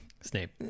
Snape